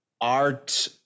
art